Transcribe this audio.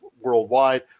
worldwide